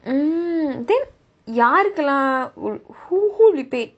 mm then யாருக்கெல்லாம்:yaarukkellaam who who will be paid